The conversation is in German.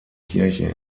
kirche